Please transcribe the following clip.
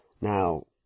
Now